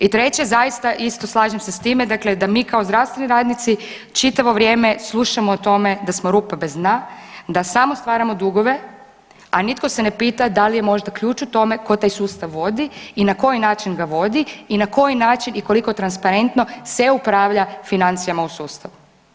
I treće, zaista isto slažem se s time dakle da mi kao zdravstveni radnici čitavo vrijeme slušamo o tome da smo rupa bez dna, da samo stvaramo dugove, a nitko se ne pita da li je možda ključ u tome tko taj sustav vodi i na koji način ga vodi i na koji način i koliko transparentno se upravlja financijama u sustavu.